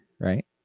right